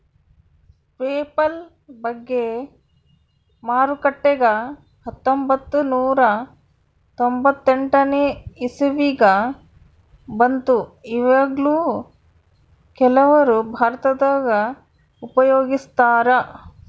PayPal ಬಗ್ಗೆ ಮಾರುಕಟ್ಟೆಗ ಹತ್ತೊಂಭತ್ತು ನೂರ ತೊಂಬತ್ತೆಂಟನೇ ಇಸವಿಗ ಬಂತು ಈವಗ್ಲೂ ಕೆಲವರು ಭಾರತದಗ ಉಪಯೋಗಿಸ್ತರಾ